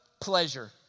pleasure